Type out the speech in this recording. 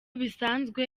bisanzwe